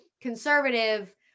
conservative